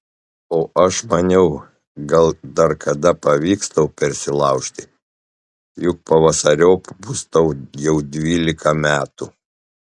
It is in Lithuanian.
o aš maniau gal dar kada pavyks tau persilaužti juk pavasariop bus tau jau dvylika metų